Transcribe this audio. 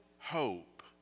hope